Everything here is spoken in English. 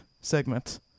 segment